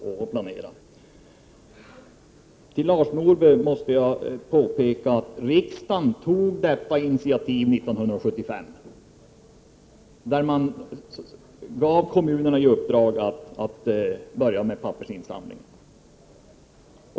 För Lars Norberg måste jag påpeka att riksdagen 1975 tog ett initiativ då man gav kommunerna i uppdrag att påbörja pappersinsamling.